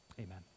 Amen